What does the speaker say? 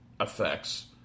effects